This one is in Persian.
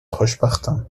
خوشبختم